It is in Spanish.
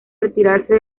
retirarse